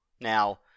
Now